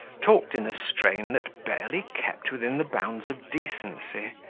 talked in a strain that barely kept within the bounds of decency,